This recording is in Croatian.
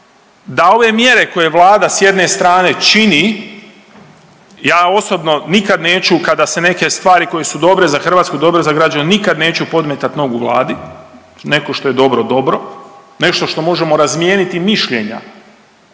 da ove mjere koje Vlada s jedne strane čini ja osobno nikad neću kada se neke stvari koje su dobre za Hrvatsku, dobre za građane nikad neću podmetat nogu Vladi, nego što je dobro, dobro. Nešto što možemo razmijeniti mišljenja